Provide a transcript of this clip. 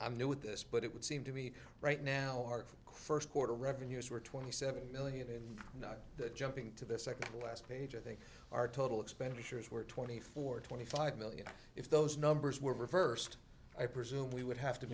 i'm new with this but it would seem to me right now our crust quarter revenues were twenty seven million in the jumping to the second last page or they are total expenditures were twenty four twenty five million if those numbers were reversed i presume we would have to